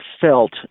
felt